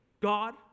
God